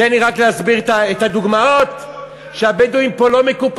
תן לי רק להסביר את הדוגמאות שהבדואים פה לא מקופחים.